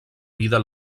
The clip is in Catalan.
vida